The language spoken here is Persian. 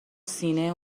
سینه